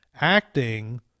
acting